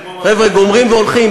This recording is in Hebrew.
חבר'ה, גומרים והולכים.